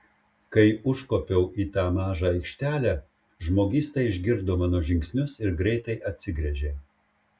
kai užkopiau į tą mažą aikštelę žmogysta išgirdo mano žingsnius ir greitai atsigręžė